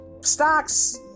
stocks